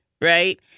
right